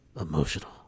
emotional